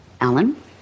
Alan